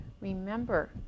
Remember